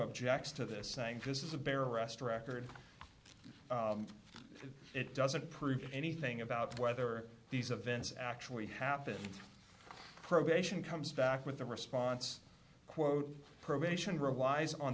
objects to this sank this is a barrel rest record it doesn't prove anything about whether these events actually happened probation comes back with a response quote probation relies on